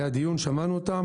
היה דיון, שמענו אותם.